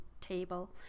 table